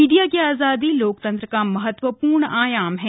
media की आजादी लोकतंत्र का महत्वपूर्ण आयाम है